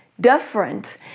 different